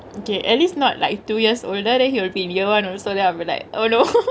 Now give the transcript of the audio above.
okay at least not like two years older then he will be in year one also then I'll be like oh no